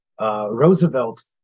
Roosevelt